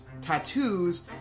tattoos